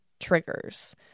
triggers